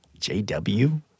JW